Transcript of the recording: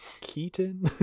Keaton